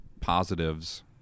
positives